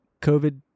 COVID